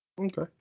okay